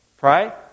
right